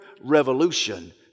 revolution